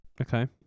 Okay